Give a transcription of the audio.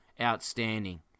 outstanding